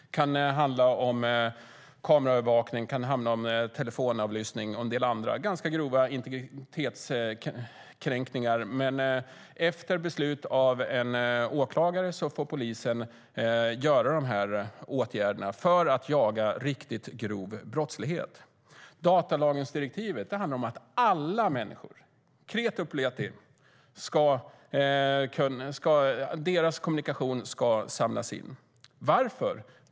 Det kan handla om kameraövervakning, telefonavlyssning och en del andra ganska grova integritetskränkningar. Men efter beslut av en åklagare får polisen vidta dessa åtgärder för att jaga riktigt grova brottslingar. Datalagringsdirektivet handlar om att alla människors - kreti och pleti - kommunikation ska samlas in. Varför?